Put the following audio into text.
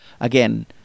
again